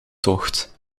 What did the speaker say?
tocht